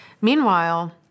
Meanwhile